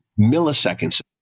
milliseconds